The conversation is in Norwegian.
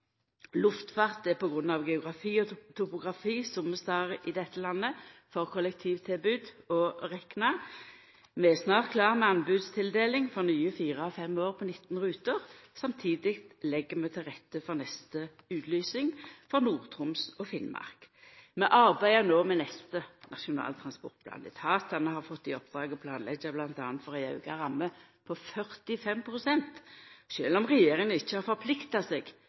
er på grunn av geografi og topografi somme stader i dette landet for kollektivtilbod å rekna. Vi er snart klare med anbodstildeling for nye fire og fem år på 19 ruter. Samtidig legg vi til rette for neste utlysing for Nord-Troms og Finnmark. Vi arbeider no med neste Nasjonal transportplan. Etatane har fått i oppdrag å planleggja bl.a. for ei auka ramme på 45 pst. Sjølv om regjeringa ikkje har forplikta seg